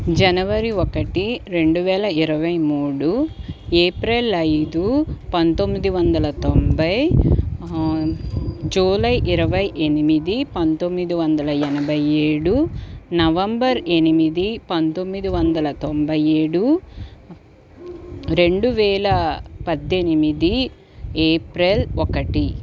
జనవరి ఒకటి రెండు వేల ఇరవై మూడు ఏప్రెల్ ఐదు పంతొమ్మిది వందల తొంభై జూలై ఇరవై ఎనిమిది పంతొమ్మిది వందల ఎనభై ఏడు నవంబర్ ఎనిమిది పంతొమ్మిది వందల తొంభై ఏడు రెండు వేల పద్దెనిమిది ఏప్రెల్ ఒకటి